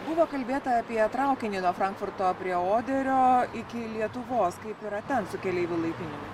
buvo kalbėta apie traukinį frankfurto prie oderio iki lietuvos kaip yra ten su keleivių laipinimu